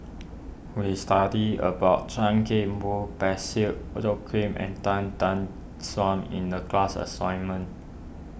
we studied about Chan Kim Boon Parsick Joaquim and Tan Tan Suan in the class assignment